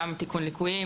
גם תיקון ליקויים,